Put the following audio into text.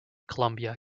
columbia